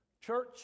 Church